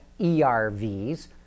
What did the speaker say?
ERVs